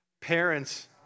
Parents